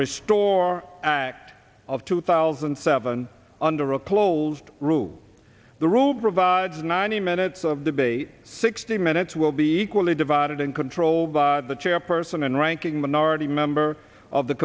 restore act of two thousand and seven under a closed rule the rule provides ninety minutes of debate sixty minutes will be equally divided and controlled by the chairperson and ranking minority member of the